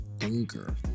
anger